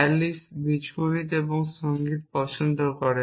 Alice বীজগণিত এবং সঙ্গীত পছন্দ করে